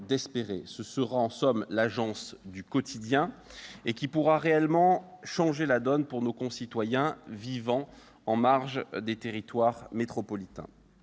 Ce sera, en somme, « l'agence du quotidien » et elle pourra réellement changer la donne pour nos concitoyens qui vivent en marge des territoires métropolitains.